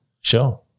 sure